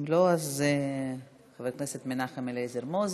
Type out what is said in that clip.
אם לא, חבר הכנסת מנחם אליעזר מוזס.